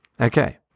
Okay